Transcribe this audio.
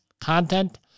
content